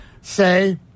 say